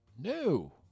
No